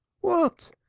what!